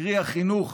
קרי, החינוך